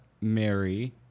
Mary